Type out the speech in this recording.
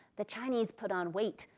the chinese put on weight,